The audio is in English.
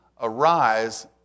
arise